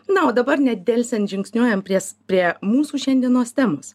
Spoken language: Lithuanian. na o dabar nedelsiant žingsniuojam prie prie mūsų šiandienos temos